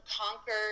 conquered